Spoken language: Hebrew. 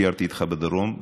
סיירתי איתך בדרום,